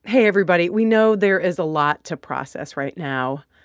hey, everybody. we know there is a lot to process right now,